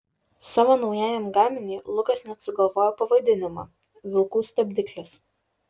savo naujajam gaminiui lukas net sugalvojo pavadinimą vilkų stabdiklis